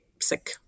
sick